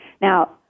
Now